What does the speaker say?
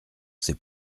c’est